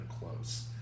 close